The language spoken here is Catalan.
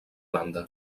banda